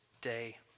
day